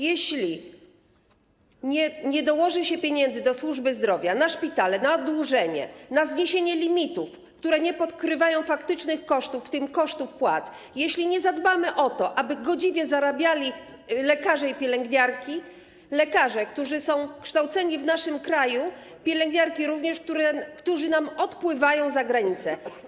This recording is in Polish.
Jeśli nie dołoży się pieniędzy do służby zdrowia na szpitale, na oddłużenie, na zniesienie limitów, które nie pokrywają faktycznych kosztów, w tym kosztów płac, jeśli nie zadbamy o to, aby godziwie zarabiali lekarze i pielęgniarki, to lekarze, którzy są kształceni w naszym kraju, pielęgniarki również, odpłyną nam za granicę.